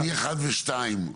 מאחד ושתיים,